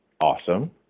awesome